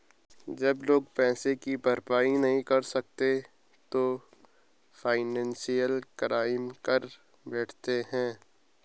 जब लोग पैसे की भरपाई नहीं कर सकते वो फाइनेंशियल क्राइम कर बैठते है